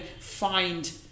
find